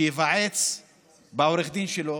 שייוועץ בעורך הדין שלו.